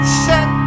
set